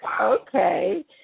okay